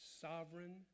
sovereign